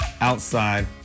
outside